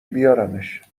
بیارمش